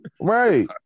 Right